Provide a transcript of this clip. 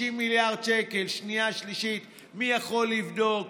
60 מיליארד שקל בשנייה-שלישית, מי יכול לבדוק?